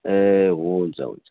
ए हुन्छ हुन्छ हुन्छ